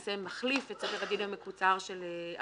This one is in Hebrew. שמחליף את סדר הדין המקוצר הרגיל,